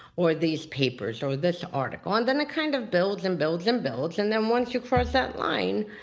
or these papers, or this article. and then it kind of builds and builds and builds, and then once you cross that line,